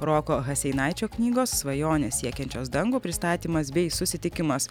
roko hasenaičio knygos svajonės siekiančios dangų pristatymas bei susitikimas